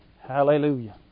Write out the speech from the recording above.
Hallelujah